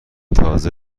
تازه